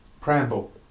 Preamble